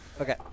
Okay